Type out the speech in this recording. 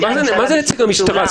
מה זה נציג המשטרה?